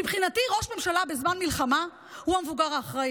מבחינתי ראש ממשלה בזמן מלחמה הוא המבוגר האחראי.